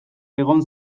egon